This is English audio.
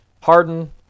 Harden